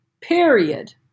period